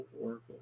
oracle